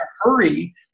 hurry